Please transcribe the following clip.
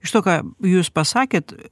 iš to ką jūs pasakėt